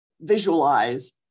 visualize